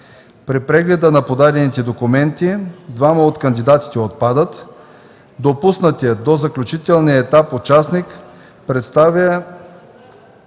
При прегледа на подадените документи двама от кандидатите отпадат. Допуснатият до заключителния етап участник представя